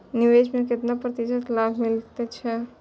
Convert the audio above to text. निवेश में केतना प्रतिशत लाभ मिले छै?